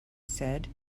said